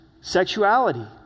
sexuality